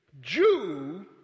Jew